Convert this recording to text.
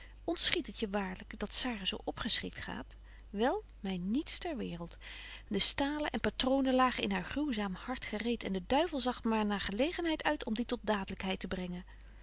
het je waarlyk dat sara zo opgeschikt gaat wel my niets ter waereld de stalen en patronen betje wolff en aagje deken historie van mejuffrouw sara burgerhart lagen in haar gruwzaam hart gereed en de duivel zag maar naar gelegenheid uit om die tot daadlykheid te brengen